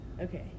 Okay